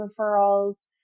referrals